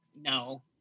no